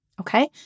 Okay